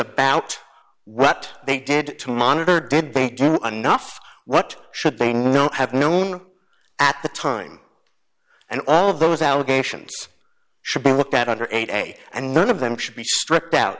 about what they did to monitor did they do enough what should they no have known at the time and all of those allegations should be looked at under eight and none of them should be stri